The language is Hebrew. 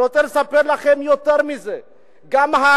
אני רוצה לספר לכם יותר מזה,